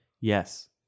Yes